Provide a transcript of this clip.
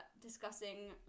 discussing